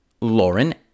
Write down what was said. Lauren